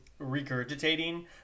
regurgitating